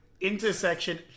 Intersection